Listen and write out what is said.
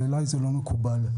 ועליי זה לא מקובל.